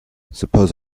suppose